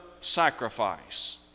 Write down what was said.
sacrifice